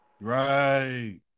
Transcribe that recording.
Right